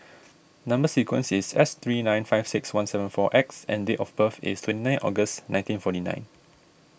Number Sequence is S three nine five six one seven four X and date of birth is twenty nine August nineteen forty nine